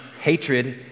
hatred